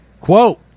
Quote